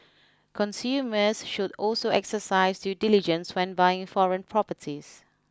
consumers should also exercise due diligence when buying foreign properties